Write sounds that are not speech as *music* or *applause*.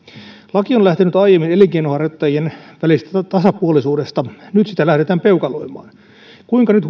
laki on lähtenyt aiemmin elinkeinonharjoittajien välisestä tasapuolisuudesta nyt sitä lähdetään peukaloimaan kuinka nyt *unintelligible*